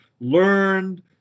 learned